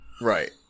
right